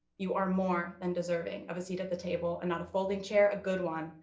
you are more than deserving of a seat at the table and not a folding chair, a good one,